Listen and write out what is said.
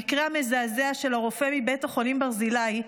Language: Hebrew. המקרה המזעזע של הרופא מבית החולים ברזילי,